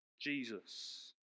Jesus